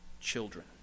children